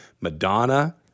Madonna